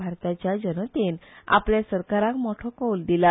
भारताच्या जनतेन आपल्या सरकाराक मोठो कौल दिला